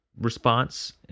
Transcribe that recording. response